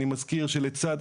אני מזכיר שלצד,